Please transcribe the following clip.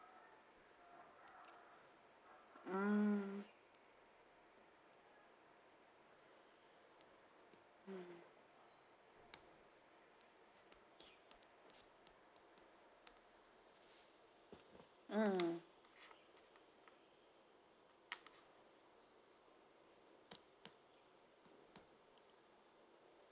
mm mm mm